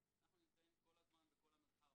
--- אנחנו נמצאים כל הזמן בכל המרחב,